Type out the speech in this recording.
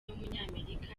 w’umunyamerika